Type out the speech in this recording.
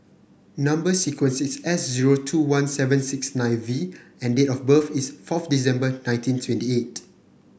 number sequence is S zero two one seven six nine V and date of birth is fourth December nineteen twenty eight